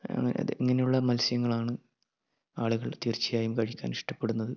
ഇങ്ങനെയുള്ള മത്സ്യങ്ങളാണ് ആളുകൾ തീർച്ചയായും കഴിക്കാൻ ഇഷ്ടപ്പെടുന്നത്